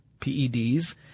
PEDs